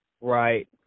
right